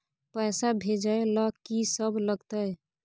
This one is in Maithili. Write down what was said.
पैसा भेजै ल की सब लगतै?